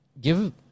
give